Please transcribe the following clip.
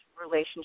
relationship